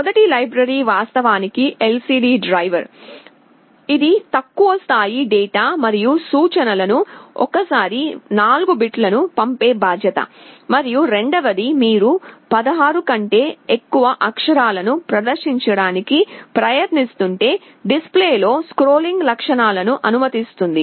మొదటి లైబ్రరీ వాస్తవానికి LCD driver ఇది తక్కువ స్థాయి డేటా మరియు సూచనలను ఒకేసారి 4 బిట్లను పంపే బాధ్యత మరియు రెండవది మీరు 16 కంటే ఎక్కువ అక్షరాలను ప్రదర్శించడానికి ప్రయత్నిస్తుంటే డిస్ప్లేలో స్క్రోలింగ్ లక్షణాలను అనుమతిస్తుంది